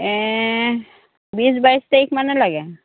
এ বিশ বাইছ তেইছ মানে লাগে